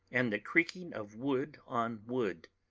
and the creaking of wood on wood.